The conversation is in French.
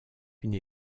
une